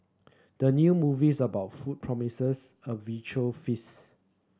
the new movies about food promises a visual feast